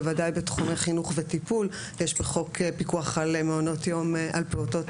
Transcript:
בוודאי בתחומי חינוך וטיפול יש בחוק פיקוח על מעונות יום לפעוטות,